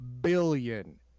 Billion